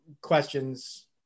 questions